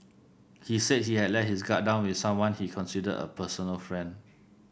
he said he had let his guard down with someone he considered a personal friend